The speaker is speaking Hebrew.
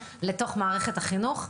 אנחנו כן נרד לתוך מערכת החינוך,